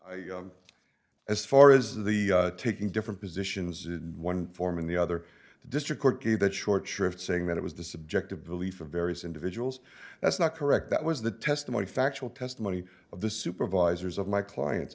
word as far as the ticking different positions one form and the other the district court that short shrift saying that it was the subjective belief of various individuals that's not correct that was the testimony factual testimony of the supervisors of my clients